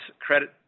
credit